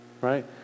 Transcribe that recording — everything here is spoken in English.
Right